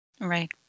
Right